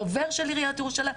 הדובר מטעם עיריית ירושלים.